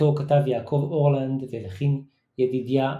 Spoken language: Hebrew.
אותו כתב יעקב אורלנד והלחין ידידיה אדמון.